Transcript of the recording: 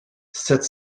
sept